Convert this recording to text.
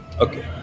Okay